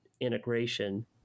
integration